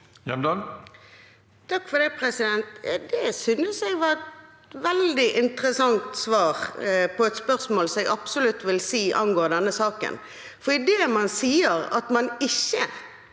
Takk for det. Det sy- nes jeg var et veldig interessant svar på et spørsmål som jeg absolutt vil si angår denne saken. Idet man sier at man ikke